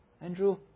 Andrew